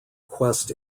quest